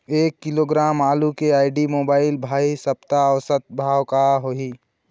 एक किलोग्राम आलू के आईडी, मोबाइल, भाई सप्ता औसत भाव का होही?